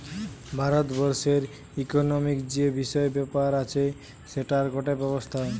ভারত বর্ষের ইকোনোমিক্ যে বিষয় ব্যাপার আছে সেটার গটে ব্যবস্থা